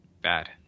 Bad